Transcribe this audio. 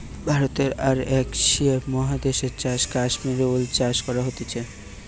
ভারতে আর এশিয়া মহাদেশে চাষ কাশ্মীর উল চাষ করা হতিছে